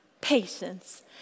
patience